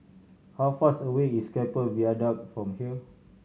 how far's away is Keppel Viaduct from here